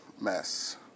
mess